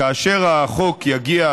כאשר החוק יגיע,